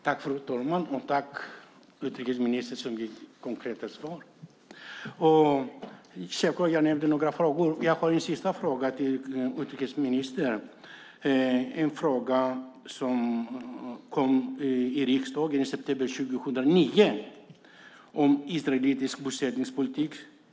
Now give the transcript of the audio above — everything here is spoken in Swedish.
Fru talman! Jag tackar utrikesministern för konkreta svar. Jag har ett par avslutande frågor till utrikesministern. I september 2009 ställdes en fråga i riksdagen om israelisk bosättningspolitik.